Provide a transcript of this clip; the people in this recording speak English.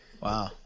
Wow